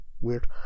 weird